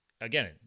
Again